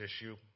issue